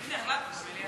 נתקבלו.